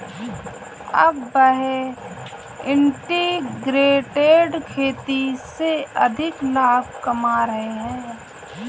अब वह इंटीग्रेटेड खेती से अधिक लाभ कमा रहे हैं